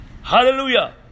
Hallelujah